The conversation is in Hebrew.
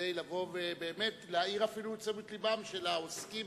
כדי לבוא ובאמת להסב אפילו את תשומת לבם של העוסקים